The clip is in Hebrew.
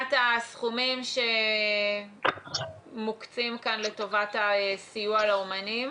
מבחינת הסכומים שמוקצים כאן לטובת הסיוע לאומנים,